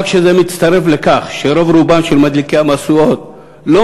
אבל כשזה מצטרף לכך שרוב רובם של מדליקי המשואות לא